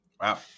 Wow